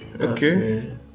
Okay